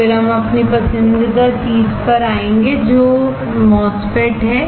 फिर हम अपनी पसंदीदा चीज़ पर जाएँगे जो MOSFET है